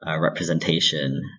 representation